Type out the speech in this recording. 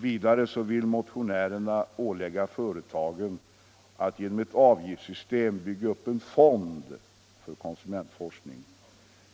Vidare vill motionärerna ålägga företagen att genom ett avgiftssystem bygga upp en fond för konsumentforskning.